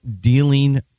dealing